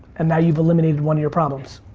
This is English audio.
and now you've eliminated one of your problems.